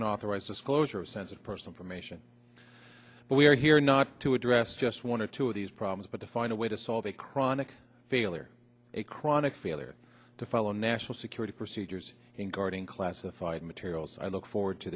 unauthorized disclosure of sensitive person permission but we are here not to address just one or two of these problems but to find a way to solve a chronic failure a chronic failure to follow national security procedures in guarding classified materials i look forward to